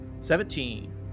Seventeen